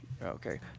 Okay